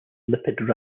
lipid